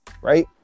right